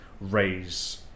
raise